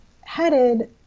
headed